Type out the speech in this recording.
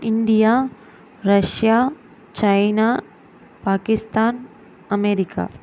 India Russia China Pakistan America